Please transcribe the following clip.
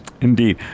Indeed